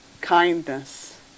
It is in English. kindness